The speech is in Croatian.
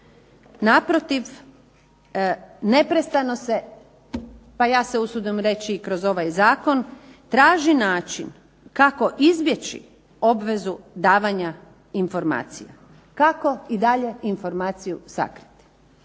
Naprotiv, neprestano se pa ja se usudim reći i kroz ovaj zakon traži način kako izbjeći obvezu davanja informacija, kako i dalje informaciju sakriti.